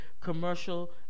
commercial